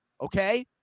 okay